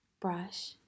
brush